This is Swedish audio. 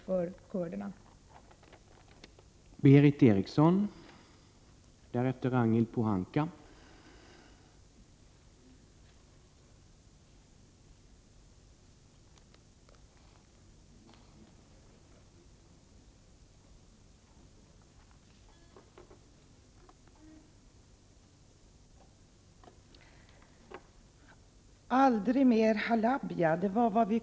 17 mars 1989